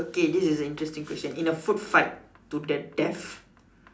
okay this is a interesting question in a food fight to the death